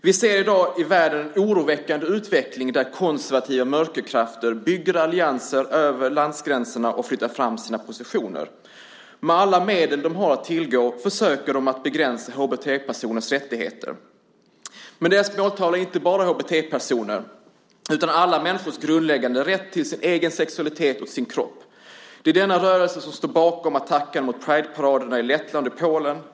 Vi ser i dag i världen en oroväckande utveckling där konservativa mörkerkrafter bygger allianser över landgränserna och flyttar fram sina positioner. Med alla medel de har att tillgå försöker de begränsa HBT-personers rättigheter. Men deras måltavla är inte bara HBT-personer utan alla människors grundläggande rätt till sin egen sexualitet och sin kropp. Det är denna rörelse som står bakom attacken mot Prideparaderna i Lettland och Polen.